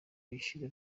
ibiciro